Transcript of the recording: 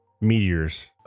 Meteors